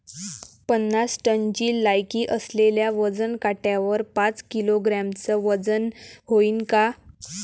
पन्नास टनची लायकी असलेल्या वजन काट्यावर पाच किलोग्रॅमचं वजन व्हईन का?